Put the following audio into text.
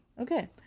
Okay